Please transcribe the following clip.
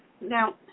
Now